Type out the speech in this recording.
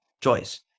choice